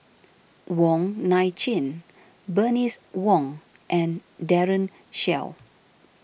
Wong Nai Chin Bernice Wong and Daren Shiau